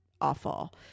awful